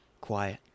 quiet